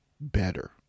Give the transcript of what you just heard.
better